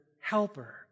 helper